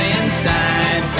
inside